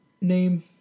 name